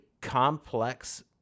complex